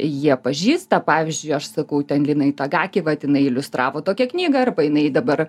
jie pažįsta pavyzdžiui aš sakau ten lina itagaki vat jinai iliustravo tokią knygą arba jinai dabar